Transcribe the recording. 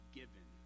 given